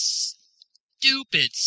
stupid